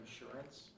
insurance